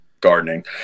gardening